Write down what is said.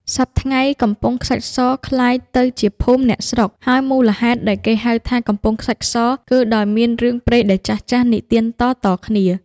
សព្វថ្ងៃ កំពង់ខ្សាច់ស ក្លាយទៅជាភូមិអ្នកស្រុក ហើយមូលហេតុដែលគេហៅថា “កំពង់ខ្សាច់ស” គឺដោយមានរឿងព្រេងដែលចាស់ៗនិទានតៗគ្នា។